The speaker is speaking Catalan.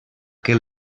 que